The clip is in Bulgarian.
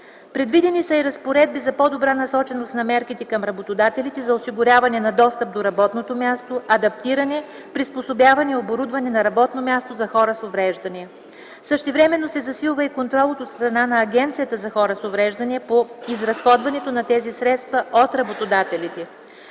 Предвидени са и разпоредби за по-добра насоченост на мерките към работодателите за осигуряване на достъп до работното място, адаптиране, приспособяване и оборудване на работно място за хора с увреждания. Същевременно се засилва и контролът от страна на Агенцията за хората с увреждания по изразходването на тези средства от работодателите.